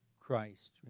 Christ